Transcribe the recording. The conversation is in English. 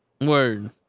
Word